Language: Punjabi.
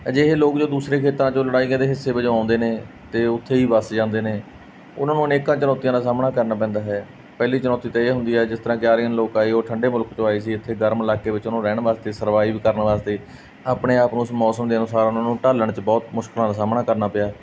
ਅਜਿਹੇ ਲੋਕ ਜੋ ਦੂਸਰੇ ਖੇਤਰਾਂ 'ਚੋਂ ਲੜਾਈਆਂ ਦੇ ਹਿੱਸੇ ਵਜੋਂ ਆਉਂਦੇ ਨੇ ਅਤੇ ਉੱਥੇ ਹੀ ਵੱਸ ਜਾਂਦੇ ਨੇ ਉਹਨਾਂ ਨੂੰ ਅਨੇਕਾਂ ਚੁਨੌਤੀਆਂ ਦਾ ਸਾਹਮਣਾ ਕਰਨਾ ਪੈਂਦਾ ਹੈ ਪਹਿਲੀ ਚੁਣੌਤੀ ਤਾਂ ਇਹ ਹੁੰਦੀ ਹੈ ਜਿਸ ਤਰ੍ਹਾਂ ਕੇ ਆਰੀਅਨ ਲੋਕ ਆਏ ਉਹ ਠੰਡੇ ਮੁਲਕ ਤੋਂ ਆਏ ਸੀ ਇੱਥੇ ਗਰਮ ਇਲਾਕੇ ਵਿੱਚ ਉਹਨੂੰ ਰਹਿਣ ਵਾਸਤੇ ਸਰਵਾਈਵ ਕਰਨ ਵਾਸਤੇ ਆਪਣੇ ਆਪ ਨੂੰ ਉਸ ਮੌਸਮ ਦੇ ਅਨੁਸਾਰ ਉਹਨਾਂ ਨੂੰ ਢਾਲਣ 'ਚ ਬਹੁਤ ਮੁਸ਼ਕਲਾਂ ਦਾ ਸਾਹਮਣਾ ਕਰਨਾ ਪਿਆ